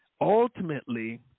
ultimately